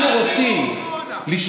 אנחנו רוצים להחזיר אותם,